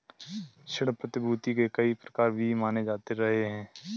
ऋण प्रतिभूती के कई प्रकार भी माने जाते रहे हैं